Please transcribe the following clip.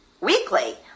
weekly